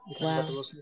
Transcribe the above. Wow